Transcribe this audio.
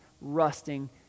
rusting